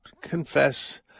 confess